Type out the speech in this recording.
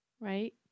Right